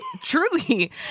truly